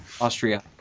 Austria